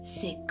sick